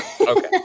okay